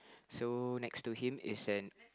so next to him is an